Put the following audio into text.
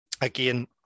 Again